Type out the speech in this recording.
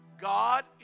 God